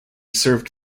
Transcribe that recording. served